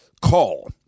call